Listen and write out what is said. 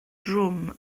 drwm